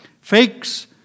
Fakes